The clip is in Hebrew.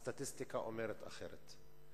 הסטטיסטיקה אומרת אחרת.